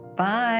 Bye